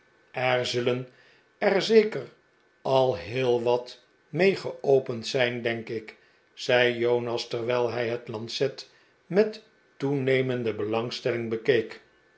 er zullen er zeker al heel wat mee geopend zijn denk ik zei jonas terwijl hij het lancet met toenemende belangstelling bekeek